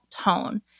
tone